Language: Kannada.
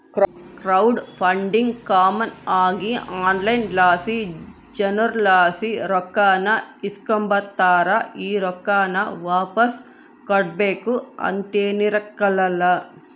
ಕ್ರೌಡ್ ಫಂಡಿಂಗ್ ಕಾಮನ್ ಆಗಿ ಆನ್ಲೈನ್ ಲಾಸಿ ಜನುರ್ಲಾಸಿ ರೊಕ್ಕಾನ ಇಸ್ಕಂಬತಾರ, ಈ ರೊಕ್ಕಾನ ವಾಪಾಸ್ ಕೊಡ್ಬಕು ಅಂತೇನಿರಕ್ಲಲ್ಲ